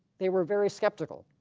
they were very skeptical.